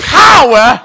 power